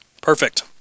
Perfect